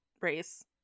race